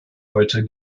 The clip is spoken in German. heute